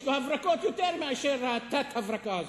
יש לו הברקות יותר מאשר תת-ההברקה הזאת.